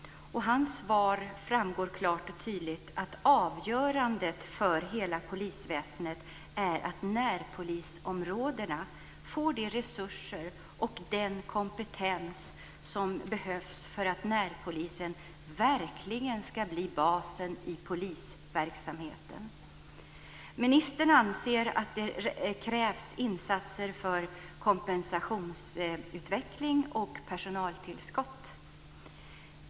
Av hans svar framgår klart och tydligt att avgörande för hela polisväsendet är att närpolisområdena får de resurser och den kompetens som behövs för att närpolisen verkligen ska bli basen i polisverksamheten. Ministern anser att det krävs insatser för kompetensutveckling och personaltillskott.